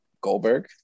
Goldberg